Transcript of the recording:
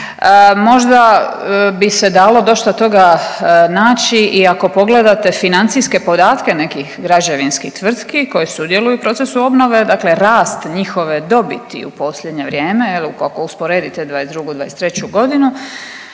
Možda bi se dalo dosta toga naći i ako pogledate financijske podatke nekih građevinskih tvrtki koje sudjeluju u procesu obnove, dakle rast njihove dobiti u posljednje vrijeme, je li, ako usporedite '22./'23.